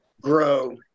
grow